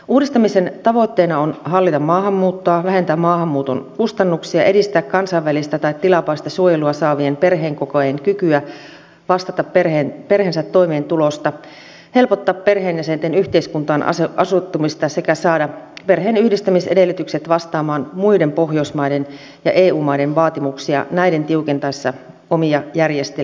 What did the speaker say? uudistamisen tavoitteena on hallita maahanmuuttoa vähentää maahanmuuton kustannuksia edistää kansainvälistä tai tilapäistä suojelua saavien perheenkokoajien kykyä vastata perheensä toimeentulosta helpottaa perheenjäsenten yhteiskuntaan asettumista sekä saada perheen yhdistämisedellytykset vastaamaan muiden pohjoismaiden ja eu maiden vaatimuksia näiden tiukentaessa omia järjestelmiään